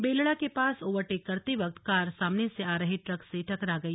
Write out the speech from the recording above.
बेलड़ा के पास ओवरटेक करते वक्त कार सामने से आ रहे ट्रक से टकरा गई